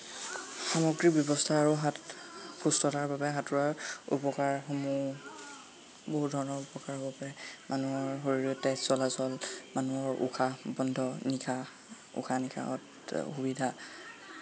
সামগ্ৰী ব্যৱস্থা আৰু হাত সুস্থতাৰ বাবে সাঁতোৰাৰ উপকাৰসমূহ বহু ধৰণৰ উপকাৰ হ'ব পাৰে মানুহৰ শৰীৰ তেজ চলাচল মানুহৰ উশাহ বন্ধ নিশা উশাহ নিশাহত সুবিধা